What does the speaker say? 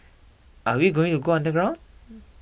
are we going to go underground